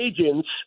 agents